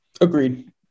Agreed